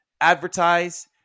advertise